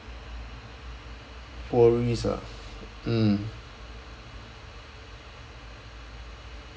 worries ah mm